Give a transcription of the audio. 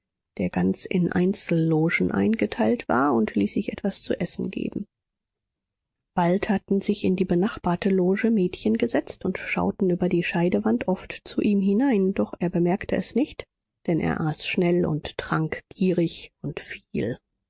der ganz in einzellogen eingeteilt war und ließ sich etwas zu essen geben bald hatten sich in die benachbarte loge mädchen gesetzt und schauten über die scheidewand oft zu ihm hinein doch er bemerkte es nicht denn er aß schnell und trank gierig und viel